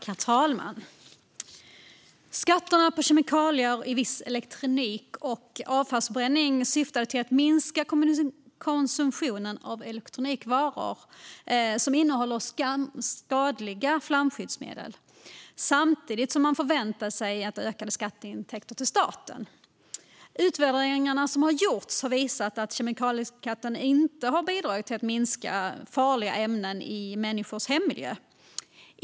Herr talman! Syftet med skatterna på kemikalier i viss elektronik och avfallsförbränning var att minska konsumtionen av elektronikvaror som innehåller skadliga flamskyddsmedel samtidigt som man förväntade sig ökade skatteintäkter till staten. Utvärderingar som har gjorts visar att kemikalieskatten inte har bidragit till att minska mängden farliga ämnen i människors hemmiljö.